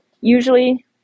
usually